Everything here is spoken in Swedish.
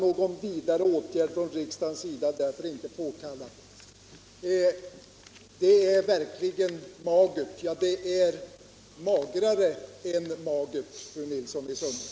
Någon vidare åtgärd från riksdagens sida är därför inte påkallad.” Det är verkligen magert — ja, det är magrare än magert, fru Nilsson i Sunne.